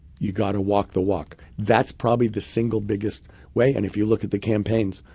you got to walk the walk. that's probably the single biggest way. and if you look at the campaigns,